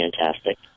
fantastic